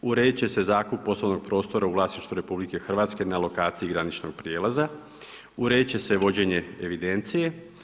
Uredit će se zakup poslovnog prostora u vlasništvu RH na lokaciji graničnog prijelaza, uredit će se vođenje evidencije.